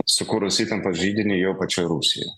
sukūrus įtampos židinį jau pačioj rusijoj